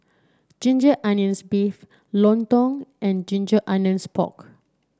Ginger Onions beef lontong and Ginger Onions Pork